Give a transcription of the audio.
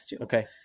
Okay